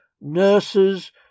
nurses